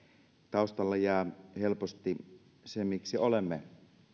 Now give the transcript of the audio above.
taustalle jää helposti se miksi olemme